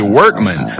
workman